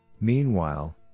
Meanwhile